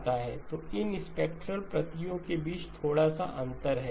तो इन स्पेक्ट्रल प्रतियों के बीच थोड़ा सा अंतर है